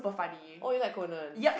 oh you like Conan